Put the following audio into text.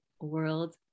world